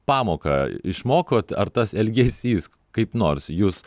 pamoką išmokot ar tas elgesys kaip nors jus